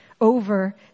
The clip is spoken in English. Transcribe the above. over